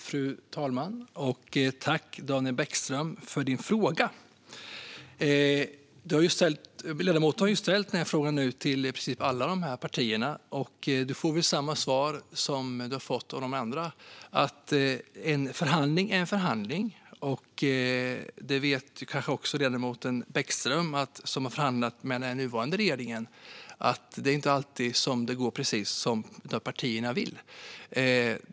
Fru talman! Jag tackar Daniel Bäckström för frågan. Ledamoten har ställt den här frågan till i princip alla dessa partier och får väl samma svar som han fått av de andra. En förhandling är en förhandling. Ledamoten Bäckström, som har förhandlat med den nuvarande regeringen, kanske också vet att det inte alltid går precis som partierna vill.